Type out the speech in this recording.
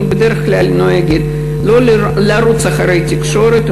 אני בדרך כלל נוהגת לא לרוץ אחרי התקשורת,